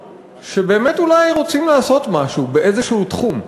שבאמת אולי רוצים לעשות משהו בתחום כלשהו.